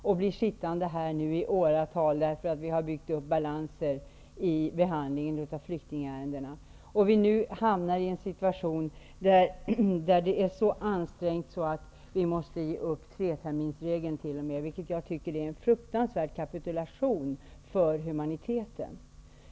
Nu blir de sittande här i åratal, därför att vi har byggt upp obalanser i behandlingen av flyktingärendena. Vi hamnar nu i en så ansträngd situation att vi t.o.m. måste ge upp treterminsregeln, vilket jag tycker är en fruktansvärd kapitulation riktad mot humaniteten.